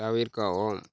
தவிர்க்கவும்